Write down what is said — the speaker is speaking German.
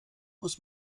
muss